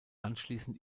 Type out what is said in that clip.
anschließend